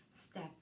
step